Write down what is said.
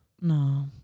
No